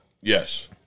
Yes